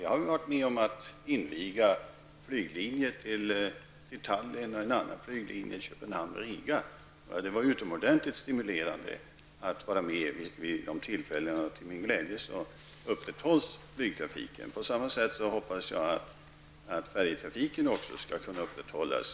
Jag har själv varit med om att inviga en flyglinje till Riga. Det var utomordentligt stimulerande att få vara med om det. Till min glädje upprätthålls också flygtrafiken. På samma sätt hoppas jag att också färjetrafiken skall kunna upprätthållas.